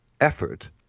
effort